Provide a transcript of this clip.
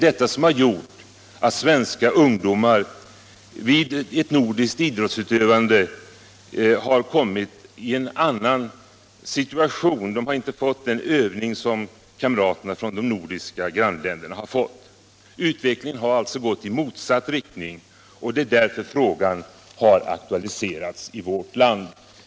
Detta har gjort att svenska ungdomar vid ett nordiskt idrottsutövande kommit i en annan situation än kamraterna från de nordiska grannländerna. De har inte fått samma övning. Det är därför frågan har aktualiserats i vårt land.